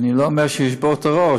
אני לא אומר שישברו את הראש.